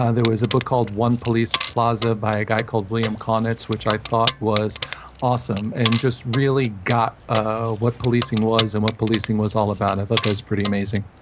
ah there was a book called, one police plaza, by a guy called william caunitz, which i thought was awesome, and just really got ah what policing was and what policing was all about. i thought that was pretty amazing.